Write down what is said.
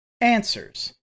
Answers